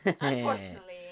Unfortunately